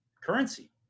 currency